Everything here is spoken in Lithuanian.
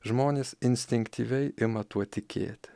žmonės instinktyviai ima tuo tikėti